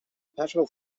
patrol